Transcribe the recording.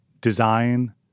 design